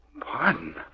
Pardon